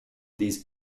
these